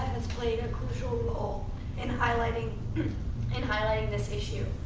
has played a crucial role in highlighting and highlighting this issue.